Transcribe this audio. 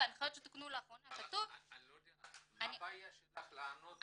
בהנחיות שתוקנו לאחרונה כתוב --- מה הבעיה שלך לענות?